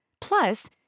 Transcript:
Plus